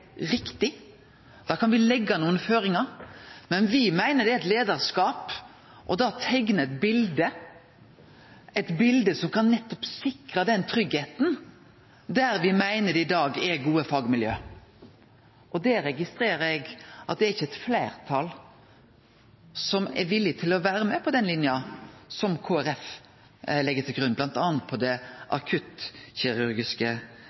riktig. Me kan leggje nokre føringar, men me meiner det er leiarskap å teikne eit bilde som nettopp kan sikre den tryggleiken me meiner det er i gode fagmiljø i dag. Eg registrerer at eit fleirtal ikkje er villig til å vere med på den linja som Kristeleg Folkeparti legg til grunn, bl.a. når det